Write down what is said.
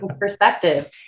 perspective